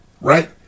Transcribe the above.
right